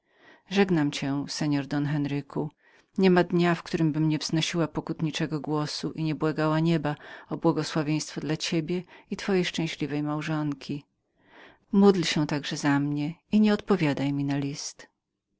żegnam cię don henriquez niema dnia w którymbym nie wznosiła pokutniczego głosu i nie błagała nieba o błogosławieństwo dla ciebie i twojej szczęśliwej małżonki módl się także za mnie i nieodpowiadaj mi na list